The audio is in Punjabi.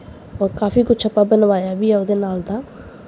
ਔਰ ਕਾਫੀ ਕੁਛ ਆਪਾਂ ਬਣਵਾਇਆ ਵੀ ਹੈ ਉਹਦੇ ਨਾਲ ਦਾ